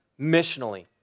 missionally